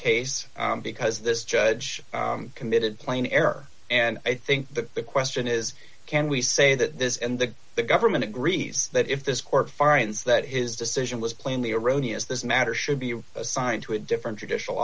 case because this judge committed plain error and i think that the question is can we say that this and that the government agrees that if this court finds that his decision was plainly erroneous this matter should be assigned to a different traditional